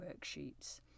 worksheets